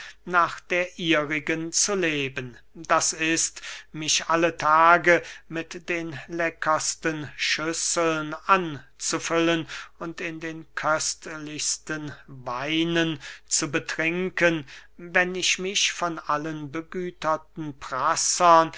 nach der ihrigen zu leben d i mich alle tage mit den leckersten schüsseln anzufüllen und in den köstlichsten weinen zu betrinken wenn ich mich von allen begüterten